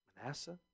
Manasseh